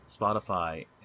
Spotify